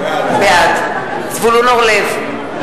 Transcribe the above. בעד זבולון אורלב,